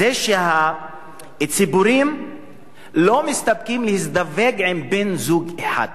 זה שהציפורים לא מסתפקות בלהזדווג עם בן-זוג אחד